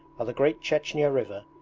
are the great chechnya river,